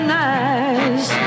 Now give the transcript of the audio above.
nice